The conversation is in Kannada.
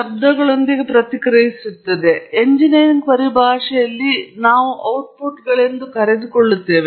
ತದನಂತರ ಪ್ರಕ್ರಿಯೆಯು ಪ್ರತಿಕ್ರಿಯಿಸುತ್ತದೆ ಎಂಜಿನಿಯರಿಂಗ್ ಪರಿಭಾಷೆಯಲ್ಲಿ ನಾವು ಔಟ್ಪುಟ್ಗಳಾಗಿ ಕರೆದುಕೊಳ್ಳುತ್ತೇವೆ